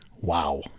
Wow